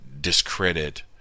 discredit